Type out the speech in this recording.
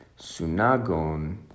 sunagon